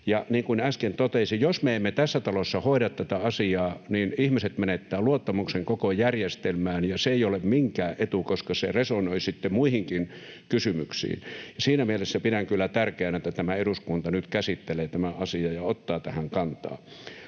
Ja niin kuin äsken totesin, jos me emme tässä talossa hoida tätä asiaa, niin ihmiset menettävät luottamuksen koko järjestelmään — ja se ei ole minkään etu, koska se resonoi sitten muihinkin kysymyksiin. Siinä mielessä pidän kyllä tärkeänä, että tämä eduskunta nyt käsittelee tämän asian ja ottaa tähän kantaa.